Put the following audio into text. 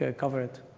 ah cover it.